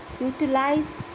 utilize